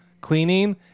cleaning